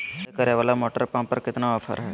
सिंचाई करे वाला मोटर पंप पर कितना ऑफर हाय?